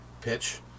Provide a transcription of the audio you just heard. pitch